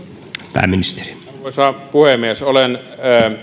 arvoisa puhemies olen